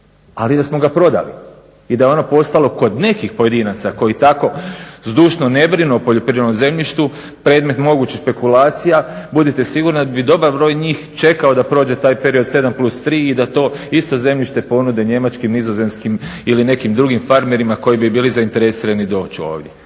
Ali da smo ga prodali i da je ono postalo kod nekih pojedinaca koji tako zdušno ne brinu o poljoprivrednom zemljištu predmet mogućih špekulacija budite sigurni da bi dobar broj njih čekao da prođe taj period 7 plus 3 i da to isto zemljište ponude njemačkim, nizozemskim ili nekim drugim farmerima koji bi bili zainteresirani doći ovdje.